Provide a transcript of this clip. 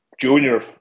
Junior